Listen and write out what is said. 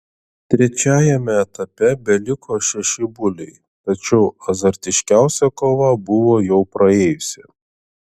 trečiajame etape beliko šeši buliai tačiau azartiškiausia kova buvo jau praėjusi